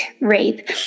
rape